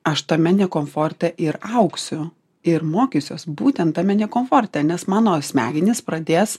aš tame ne komforte ir augsiu ir mokysiuos būtent tame ne komforte nes mano smegenys pradės